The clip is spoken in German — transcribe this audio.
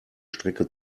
strecke